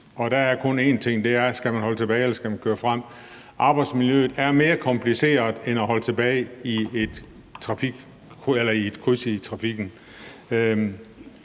og der er kun én ting at tage stilling til: Skal man holde tilbage, eller skal man køre frem? Arbejdsmiljøet er mere kompliceret end at holde tilbage i et kryds i trafikken.